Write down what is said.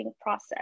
process